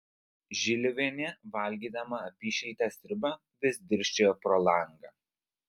žiliuvienė valgydama apyšiltę sriubą vis dirsčiojo pro langą